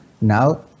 now